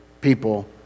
people